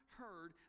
heard